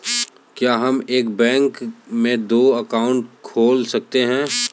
क्या हम एक बैंक में दो अकाउंट खोल सकते हैं?